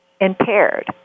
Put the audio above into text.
impaired